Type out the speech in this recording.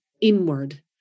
inward